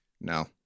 No